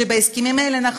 ושבהסכמים האלה אנחנו